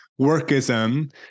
workism